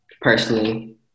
personally